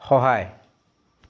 সহায়